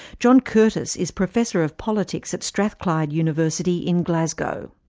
john curtice is professor of politics at strathclyde university in glasgow.